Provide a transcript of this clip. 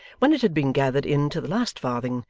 when it had been gathered in to the last farthing,